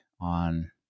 on